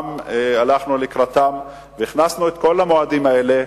הלכנו גם לקראתם והכנסנו את כל המועדים האלה.